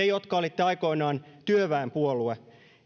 jotka olitte aikoinaan työväenpuolue